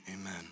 Amen